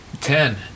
Ten